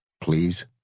please